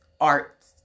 arts